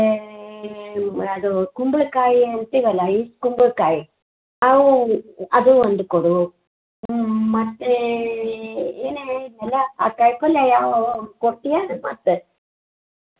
ಆಮೇಲೆ ಅದು ಕುಂಬಳಕಾಯಿ ಅಂತೀವಲ್ಲ ಆಯಿ ಕುಂಬಳಕಾಯಿ ಅವು ಅದು ಒಂದು ಕೊಡು ಹ್ಞೂ ಮತ್ತೇ ಏನೇನು ಹೇಳಿದ್ದೆನಲ್ಲ ಆ ಕಾಯಿಪಲ್ಯ ಯಾವ್ಯಾವ ಅವು ಕೊಡ್ತೀಯ ಮತ್ತು